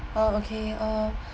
uh okay uh